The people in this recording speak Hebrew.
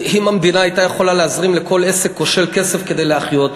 אם המדינה הייתה יכולה להזרים לכל עסק כושל כסף כדי להחיות אותו,